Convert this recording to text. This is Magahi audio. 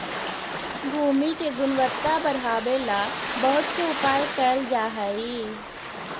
भूमि के गुणवत्ता बढ़ावे ला बहुत से उपाय कैल जा हई